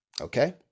Okay